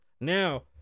Now